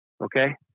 Okay